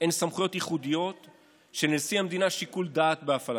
הן סמכויות ייחודיות שלנשיא המדינה יש שיקול דעת בהפעלתן.